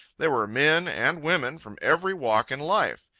there were men and women from every walk in life.